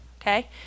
okay